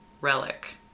Relic